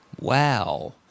Wow